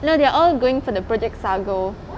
no they're all going for the project sago